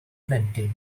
plentyn